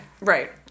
Right